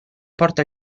porta